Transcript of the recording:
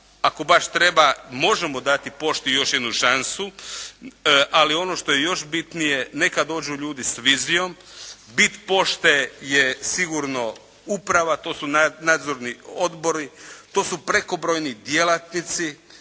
Ako baš treba možemo dati pošti još jednu šansu, ali ono što je još bitnije neka dođu ljudi s vizijom. Bit pošte je sigurno uprava. To su nadzorni odbori. To su prekobrojni djelatnici